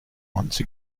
once